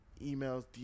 Emails